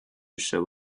show